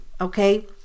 okay